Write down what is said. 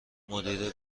مدیر